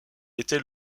était